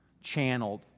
channeled